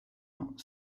not